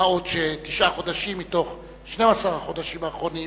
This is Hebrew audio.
מה עוד שבתשעה חודשים מתוך 12 החודשים האחרונים